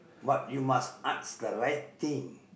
but you must ask the right thing